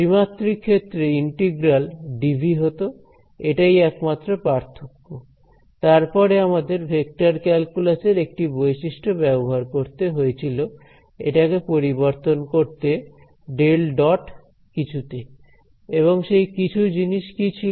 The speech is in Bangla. ত্রিমাত্রিক ক্ষেত্রে ইন্টিগ্রাল dv হত এটাই একমাত্র পার্থক্য তারপরে আমাদের ভেক্টর ক্যালকুলাস এর একটি বৈশিষ্ট্য ব্যবহার করতে হয়েছিল এটাকে পরিবর্তন করতে ডেল ডট কিছুতে এবং সেই কিছু জিনিস কি ছিল